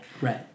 Right